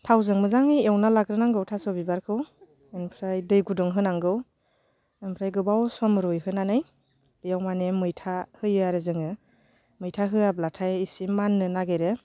थावजों मोजाङै एवना लाग्रोनांगौ थास' बिबारखौ ओमफ्राय दै गुुदुं होनांगौ ओमफ्राय गोबाव सम रुहोनानै बेयाव माने मैथा होयो आरो जोङो मैथा होआब्लाथाय एसे माननो नागिरो